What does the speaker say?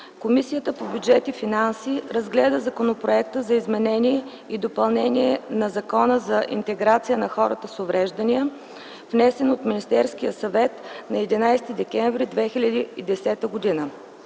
Комисията по бюджет и финанси разгледа Законопроекта за изменение и допълнение на Закона за интеграция на хората с увреждания, внесен от Министерския съвет на 11 декември 2010 г.